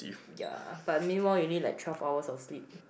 ya but meanwhile you need like twelve hours of sleep